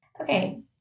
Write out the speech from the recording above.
Okay